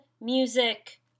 music